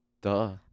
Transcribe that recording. Duh